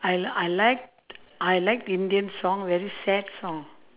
I I like I like indian song very sad song